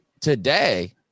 today